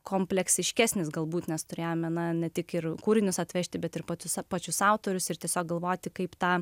kompleksiškesnis galbūt nes turėjome ne tik ir kūrinius atvežti bet ir pati sau pačius autorius ir tiesiog galvoti kaip tą